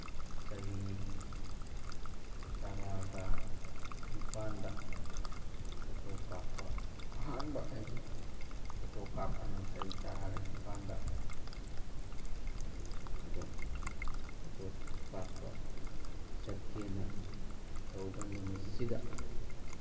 ꯆꯍꯤ ꯇꯔꯥꯒ ꯅꯤꯄꯥꯟꯗ ꯐꯣꯇꯣ ꯀꯥꯞꯄ ꯑꯍꯥꯟꯕ ꯑꯩꯒꯤ ꯐꯣꯇꯣ ꯀꯥꯞꯄꯅꯤ ꯆꯍꯤ ꯇꯔꯥꯒ ꯅꯤꯄꯥꯟꯗ ꯑꯗꯨ ꯐꯣꯇꯣ ꯀꯥꯞꯄ ꯆꯠꯀꯦꯅ ꯇꯧꯕ ꯅꯨꯃꯤꯠꯁꯤꯗ